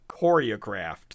choreographed